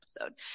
episode